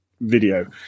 video